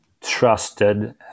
trusted